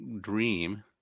dream